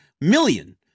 million